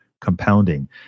compounding